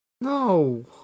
No